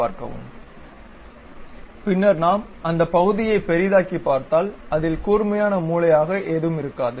பின்னர் நாம் அந்த பகுதியை பெரிதாக்கி பார்தால் அதில் கூர்மையான மூலையாக எதும் இருக்காது